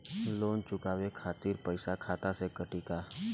Loan चुकावे खातिर पईसा खाता से कटी का?